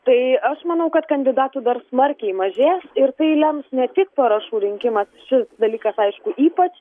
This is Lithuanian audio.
tai aš manau kad kandidatų dar smarkiai mažės ir tai lems ne tik parašų rinkimas šis dalykas aišku ypač